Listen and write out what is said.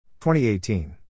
2018